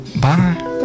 Bye